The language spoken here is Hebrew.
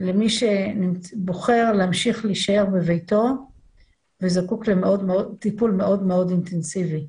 למי שבוחר להמשיך להישאר בביתו וזקוק לטיפול מאוד אינטנסיבי,